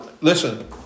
listen